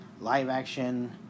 live-action